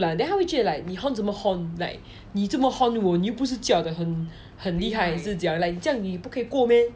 他会觉得 like 你 horn 什么 horn like 你做么 horn 我你又不是驾得很很厉害还是怎样这样你也不可以过 meh